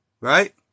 Right